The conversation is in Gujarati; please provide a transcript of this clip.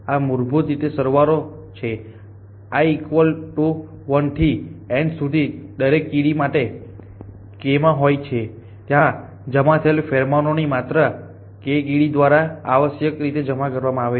આ મૂળભૂત રીતે સરવાળો છેi ઇકવલ ટૂ 1 થી n સુધી નો દરેક કીડીઓ માટે k માં હોય ત્યારે જમા થયેલા ફેરોમોનની માત્રા kth કીડી દ્વારા આવશ્યક રીતે જમા કરવામાં આવે છે